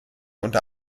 unter